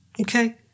okay